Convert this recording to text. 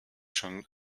schon